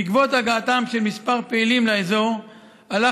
בעקבות הגעתם של כמה פעילים לאזור עלה